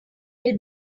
will